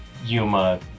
Yuma